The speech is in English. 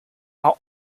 are